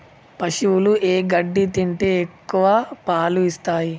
పశువులు ఏ గడ్డి తింటే ఎక్కువ పాలు ఇస్తాయి?